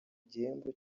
igihembo